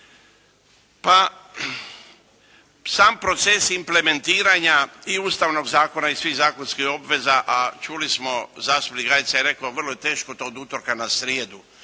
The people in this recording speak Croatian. Pa sam proces implementiranja i Ustavnog zakona i svih zakonskih obveza, a čuli smo zastupnik Gajica je rekao vrlo je teško to od utorka na srijedu